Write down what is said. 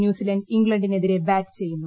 New Zealand ഇംഗ്ലണ്ടിനെതിരെ bat ചെയ്യുന്നു